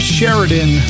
Sheridan